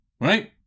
right